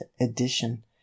edition